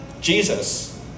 Jesus